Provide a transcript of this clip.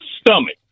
stomach